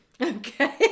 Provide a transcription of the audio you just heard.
okay